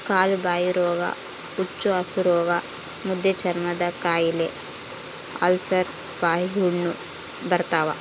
ಕಾಲುಬಾಯಿರೋಗ ಹುಚ್ಚುಹಸುರೋಗ ಮುದ್ದೆಚರ್ಮದಕಾಯಿಲೆ ಅಲ್ಸರ್ ಬಾಯಿಹುಣ್ಣು ಬರ್ತಾವ